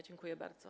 Dziękuję bardzo.